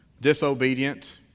Disobedient